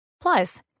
Plus